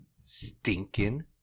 stinking